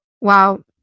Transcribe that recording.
Wow